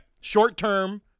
Short-term